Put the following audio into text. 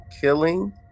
killing